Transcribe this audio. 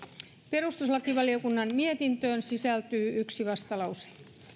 perustuslakivaliokunnan mietintöön sisältyy yksi vastalause